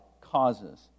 causes